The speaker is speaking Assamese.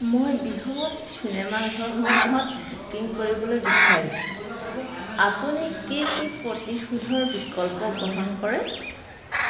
মই বৃহৎ চিনেমাঘৰসমূহত বুকিং কৰিবলৈ বিচাৰিছোঁ আপুনি কি কি প্ৰতিশোধৰ বিকল্প গ্ৰহণ কৰে